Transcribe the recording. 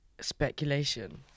speculation